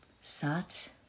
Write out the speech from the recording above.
sat